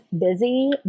busy